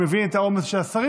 אני מבין את העומס של השרים,